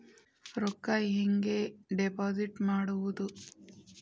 ರೊಕ್ಕ ಹೆಂಗೆ ಡಿಪಾಸಿಟ್ ಮಾಡುವುದು?